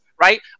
Right